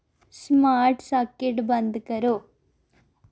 smart socket बंद करो